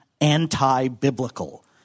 anti-biblical